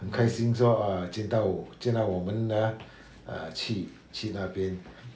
很开心说 ah 见到见到我们 ah err 去去那边